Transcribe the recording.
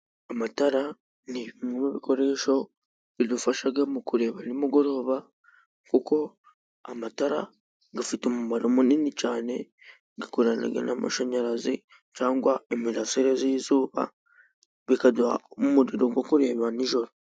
Amatara ni ibikoresho bidufasha mu kureba nimugoroba, kuko amatara afite umumaro munini cyane, akorana n'amashanyarazi cyangwa imirasire y'izuba bikaduha umuriro wo kureba nijoro.